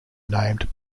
named